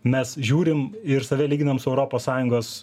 mes žiūrim ir save lyginam su europos sąjungos